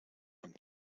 some